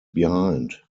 behind